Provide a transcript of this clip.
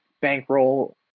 bankroll